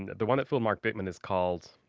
and the one that fooled mark bittman is called,